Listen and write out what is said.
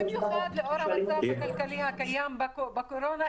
לאור המצב שקיים בתקופת הקורונה,